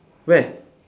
where